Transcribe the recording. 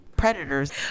predators